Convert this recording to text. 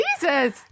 Jesus